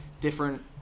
different